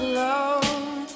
love